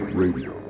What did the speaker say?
radio